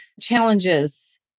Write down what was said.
challenges